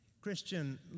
Christian